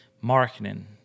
marketing